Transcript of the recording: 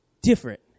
different